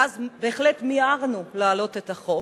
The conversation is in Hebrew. ואז בהחלט מיהרנו להעלות את החוק.